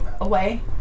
away